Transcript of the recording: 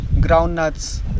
groundnuts